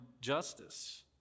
justice